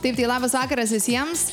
taip tai labas vakaras visiems